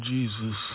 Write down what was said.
Jesus